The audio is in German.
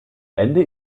ende